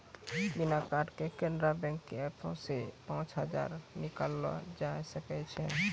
बिना कार्डो के केनरा बैंक के एपो से पांच हजार टका निकाललो जाय सकै छै